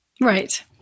Right